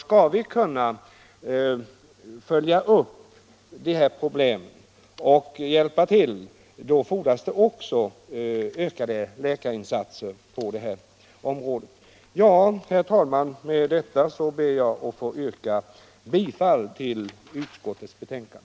Skall vi kunna följa upp de här problemen och hjälpa till fordras det också ökade läkarinsatser. Herr talman! Med detta ber jag att få yrka bifall till utskottets hemstållan.